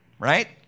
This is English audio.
Right